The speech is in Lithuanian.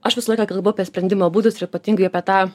aš visą laiką kalbu apie sprendimo būdus ir ypatingai apie tą